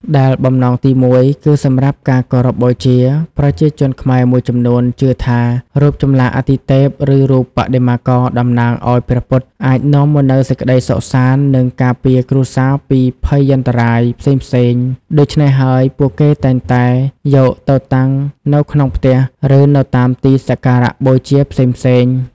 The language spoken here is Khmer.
ដែលបំណងទីមួយ គឺសម្រាប់ ការគោរពបូជា ប្រជាជនខ្មែរមួយចំនួនជឿថា រូបចម្លាក់អាទិទេព ឬរូបបដិមាករតំណាងឱ្យព្រះពុទ្ធ អាចនាំមកនូវសេចក្តីសុខសាន្ត និងការពារគ្រួសារពីភយន្តរាយផ្សេងៗ ដូច្នេះហើយ ពួកគេតែងតែយកទៅតាំងនៅក្នុងផ្ទះ ឬនៅតាមទីសក្ការបូជាផ្សេងៗ។